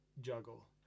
juggle